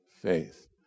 faith